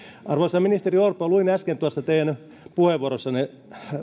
arvoisa ministeri orpo luin äsken tuosta teidän puheenvuorostanne